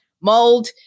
mold